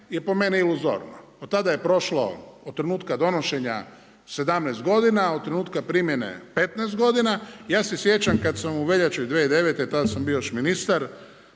je po meni iluzorno. Od tada je prošlo, od trenutka donošenja 17 godina, od trenutka primjene 15 godina. Ja se sjećam kad sam u veljači 2009., tada sam bio još ministar,